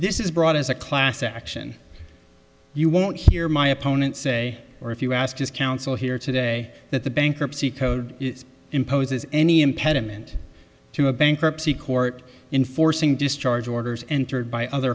this is brought as a class action you won't hear my opponent say or if you ask his counsel here today that the bankruptcy code imposes any impediment to a bankruptcy court inforcing discharge orders entered by other